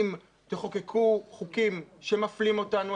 אם תחוקקו חוקים שמפלים אותנו,